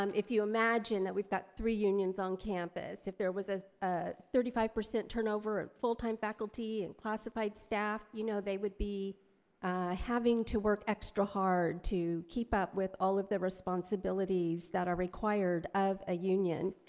um if you imagine that we've got three unions on campus, if there was ah a thirty five percent turnover at full-time faculty and classified staff you know they would be having to work extra hard to keep up with all of the responsibilities that are required of a union.